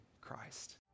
Christ